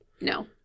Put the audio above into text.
No